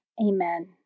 Amen